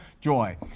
joy